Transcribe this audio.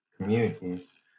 communities